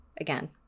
Again